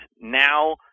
now